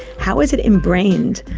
how is it embrained,